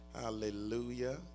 Hallelujah